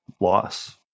loss